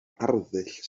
arddull